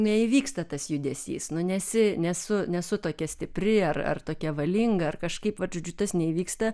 neįvyksta tas judesys nu nesi nesu nesu tokia stipri ar ar tokia valinga ar kažkaip vat žodžiu tas neįvyksta